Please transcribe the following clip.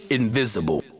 invisible